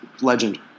legend